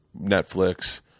Netflix